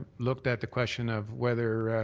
looked at the question of whether